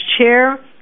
chair